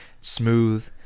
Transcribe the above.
Smooth